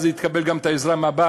אז היא תקבל גם את העזרה מהבעל,